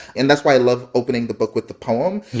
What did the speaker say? and that's why i love opening the book with the poem. yeah.